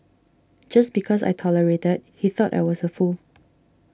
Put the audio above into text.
just because I tolerated he thought I was a fool